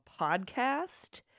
podcast